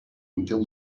until